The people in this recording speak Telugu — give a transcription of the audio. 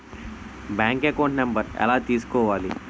బ్యాంక్ అకౌంట్ నంబర్ ఎలా తీసుకోవాలి?